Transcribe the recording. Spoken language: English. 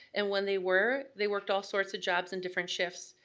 and when they were, they worked all sorts of jobs and different shifts.